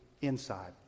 inside